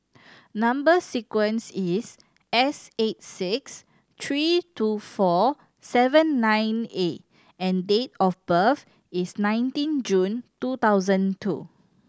number sequence is S eight six three two four seven nine A and date of birth is nineteen June two thousand two